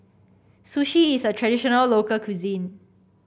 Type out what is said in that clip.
sushi is a traditional local cuisine